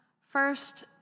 First